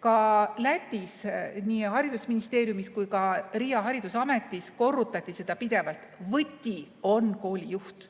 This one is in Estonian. Ka Lätis nii haridusministeeriumis kui ka Riia haridusametis korrutati seda pidevalt. Võti on koolijuht.